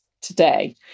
today